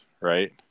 right